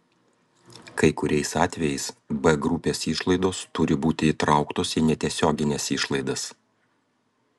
kai kuriais atvejais b grupės išlaidos turi būti įtrauktos į netiesiogines išlaidas